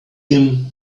him